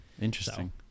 Interesting